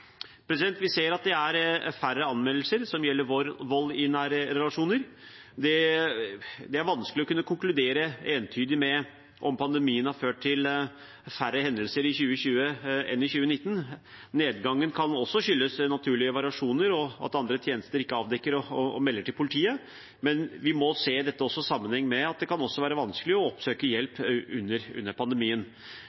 Vi ser at det er færre anmeldelser som gjelder vold i nære relasjoner. Det er vanskelig å konkludere entydig med om pandemien har ført til færre hendelser i 2020 enn i 2019. Nedgangen kan skyldes naturlig variasjon og at andre tjenester ikke avdekker og melder til politiet, men vi må se også dette i sammenheng med at det kan være vanskelig å oppsøke